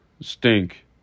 stink